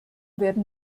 werden